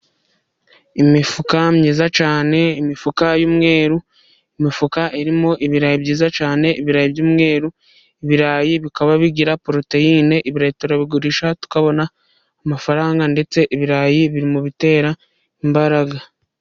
Imifuka myiza cyane, imifuka y' umweru, imifuka irimo ibirayi byiza cyane; ibirayi by' umweru, ibirayi bikaba bigira poroteyine, turabigurisha tukabona amafaranga ndetse ibirayi biri mu bitera imbaraga.